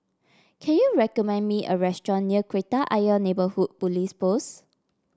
can you recommend me a restaurant near Kreta Ayer Neighbourhood Police Post